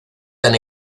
tan